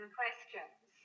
questions